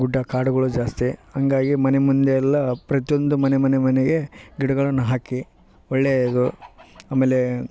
ಗುಡ್ಡ ಕಾಡುಗಳು ಜಾಸ್ತಿ ಹಂಗಾಗಿ ಮನೆ ಮುಂದೆಯಲ್ಲ ಪ್ರತಿಯೊಂದು ಮನೆ ಮನೆ ಮನೆಗೆ ಗಿಡಗಳನ್ನು ಹಾಕಿ ಒಳ್ಳೇದು ಆಮೇಲೆ